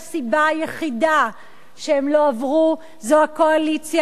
שהסיבה היחידה שהן לא עברו היא הקואליציה,